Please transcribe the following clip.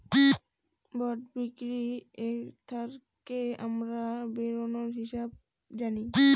bond বিক্রি ক্রেতাদেরকে আমরা বেরোবার হিসাবে জানি